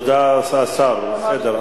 תודה, השר, בסדר.